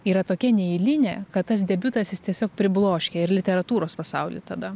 yra tokia neeilinė kad tas debiutas jis tiesiog pribloškia ir literatūros pasaulį tada